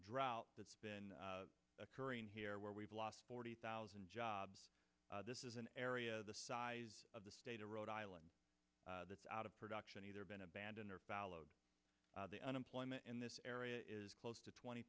drought that's been occurring here where we've lost forty thousand jobs this is an area the size of the state of rhode island that's out of production either been abandoned or followed the unemployment in this area is close to twenty